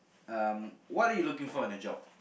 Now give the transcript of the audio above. um what are you looking for in a job